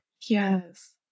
yes